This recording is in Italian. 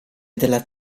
della